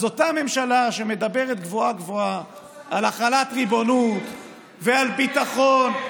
אז אותה הממשלה שמדברת גבוהה-גבוהה על החלת ריבונות ועל ביטחון,